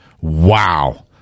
wow